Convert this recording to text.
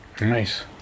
Nice